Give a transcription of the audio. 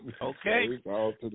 Okay